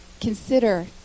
Consider